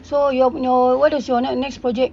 so your your what is your next next project